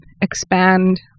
expand